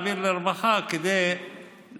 וביקשה להעביר לוועדת רווחה כדי לשפר,